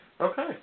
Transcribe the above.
Okay